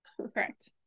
Correct